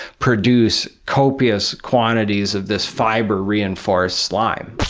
produce copious quantities of this fiber-reinforced slime.